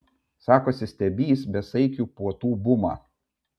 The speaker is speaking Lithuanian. sakosi stebįs besaikių puotų bumą